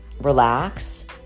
relax